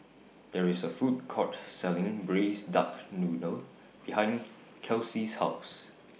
There IS A Food Court Selling Braised Duck Noodle behind Kelcie's House